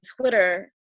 Twitter